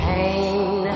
Pain